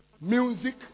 music